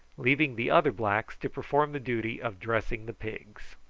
leaving the other blacks to perform the duty of dressing the pigs.